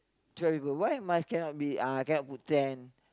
twelve people why must cannot be uh cannot put ten